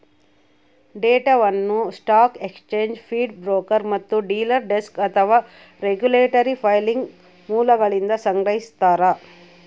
ಡೇಟಾವನ್ನು stock exchange feed broker ಮತ್ತು dealer desk ಅಥವಾ ರೆಗ್ಯುಲೇಟರಿ ಫೈಲಿಂಗ್ ಮೂಲಗಳಿಂದ ಸಂಗ್ರಹಿಸ್ತಾರ